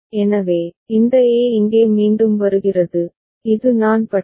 எனவே இந்த A இங்கே மீண்டும் வருகிறது இது நான் பட்டி